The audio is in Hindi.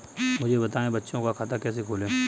मुझे बताएँ बच्चों का खाता कैसे खोलें?